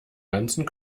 ganzen